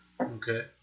Okay